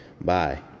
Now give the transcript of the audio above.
bye